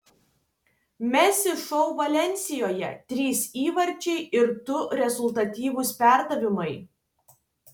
messi šou valensijoje trys įvarčiai ir du rezultatyvūs perdavimai